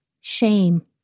shame